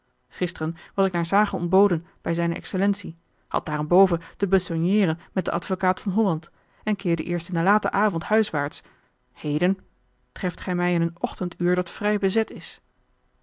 gisteren was ik naar s hage ontboden bij zijne excellentie had daarenboven te besogneeren met den advocaat van holland en keerde eerst in den laten avond huiswaarts heden treft gij mij in een ochtenduur dat vrij bezet is